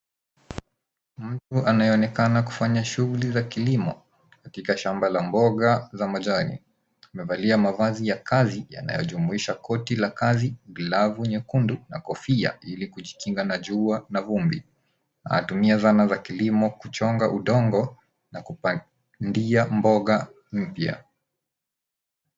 Mtu anayeonekana kufanya shughuli za kilimo katika shamba la mboga za majani. Amevalia mavazi ya kazi yanayojumuisha koti la kazi, glavu nyekundu na kofia ili kujikinga na jua na vumbi. Anatumia zana za kilimo kuchonga udongo na kupandia mboga mpya.